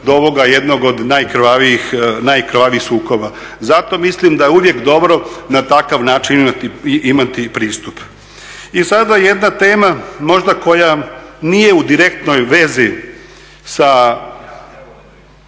do ovoga jednog od najkrvavijih sukoba. Zato mislim da je uvijek dobro na takav način imati pristup. I sada jedna tema možda koja nije u direktnoj vezi sa